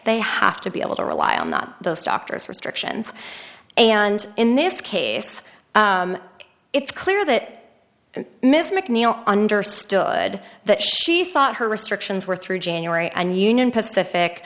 they have to be able to rely on not those doctors restrictions and in this case it's clear that miss mcneil understood that she thought her restrictions were through january and union pacific